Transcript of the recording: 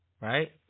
right